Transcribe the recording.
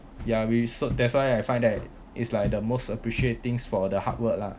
ya we so that's why I find that it's like the most appreciate things for the hard work lah